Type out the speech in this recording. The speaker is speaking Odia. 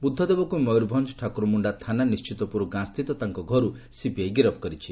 ବୁଦ୍ଧଦେବକୁ ମୟରଭଞ ଠାକୁରମୁଞ୍ଚା ଥାନା ନିଣିତପୁର ଗାଁସ୍ପିତ ତାଙ୍କ ଘରୁ ସିବିଆଇ ଗିରଫ କରିଛି